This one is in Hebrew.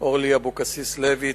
אורלי אבקסיס לוי,